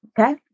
Okay